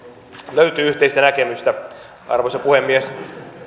löytyy yhteistä näkemystä arvoisa puhemies